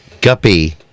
Guppy